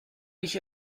mich